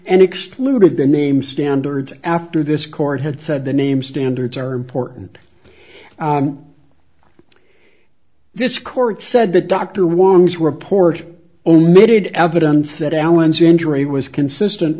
and excluded the name standards after this court had said the name standards are important to this court said the doctor ones were porch only needed evidence that allen's injury was consistent